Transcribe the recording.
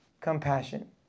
compassion